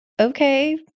Okay